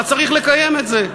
אז צריך לקיים את זה.